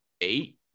eight